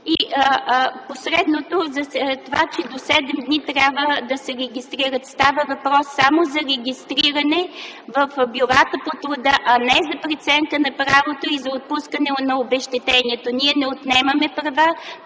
Последното е това, че до 7 дни трябва да се регистрират. Става въпрос само за регистриране в Бюрата по труда, а не за преценка на правото и за отпускане на обезщетението. Ние не отнемаме права.